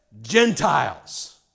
gentiles